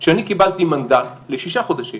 שאני קיבלתי מנדט לשישה חודשים